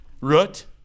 root